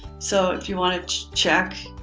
so if you want to check.